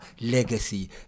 legacy